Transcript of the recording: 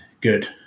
good